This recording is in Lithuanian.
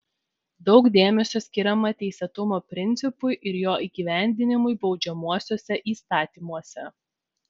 daug dėmesio skiriama teisėtumo principui ir jo įgyvendinimui baudžiamuosiuose įstatymuose